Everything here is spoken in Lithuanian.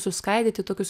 suskaidyti į tokius